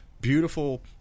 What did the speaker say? Beautiful